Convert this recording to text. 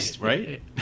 right